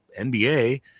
NBA